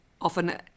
often